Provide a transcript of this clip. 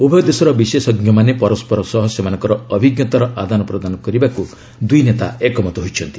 ଉଭୟ ଦେଶର ବିଶେଷଜ୍ଞମାନେ ପରସ୍କର ସହ ସେମାନଙ୍କର ଅଭିଜ୍ଞତାର ଆଦାନପ୍ରଦାନ କରିବାକୁ ଦୁଇ ନେତା ଏକମତ ହୋଇଛନ୍ତି